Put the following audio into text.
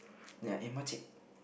then I eh makcik